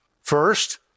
First